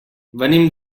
venim